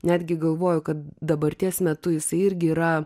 netgi galvoju kad dabarties metu jisai irgi yra